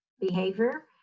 behavior